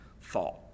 thought